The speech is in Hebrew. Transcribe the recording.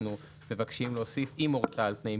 אנחנו מבקשים להוסיף "אם הורתה על תנאים